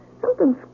Something's